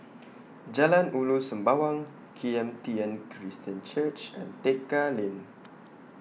Jalan Ulu Sembawang Kim Tian Christian Church and Tekka Lane